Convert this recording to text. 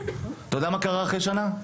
אתה יודע מה קרה אחרי שנה?